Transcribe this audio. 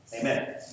Amen